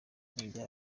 ibyaha